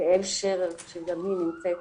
יעל שרר, שגם היא נמצאת